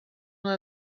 una